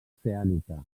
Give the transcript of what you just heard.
oceànica